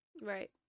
Right